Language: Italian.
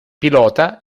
pilota